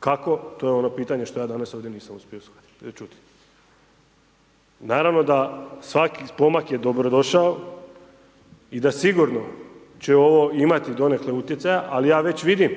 kako, to je ono pitanje šta ja danas nisam uspio čuti. Naravno da svaki pomak je dobro došao i da sigurno će ovo imati donekle utjecaja, ali ja već vidim